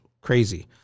crazy